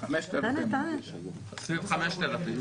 סביב ה-5,000.